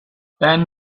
then